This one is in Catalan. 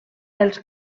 els